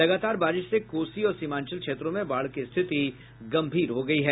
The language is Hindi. लगातार बारिश से कोसी और सीमांचल क्षेत्रों में बाढ़ की स्थिति गंभीर हो गयी है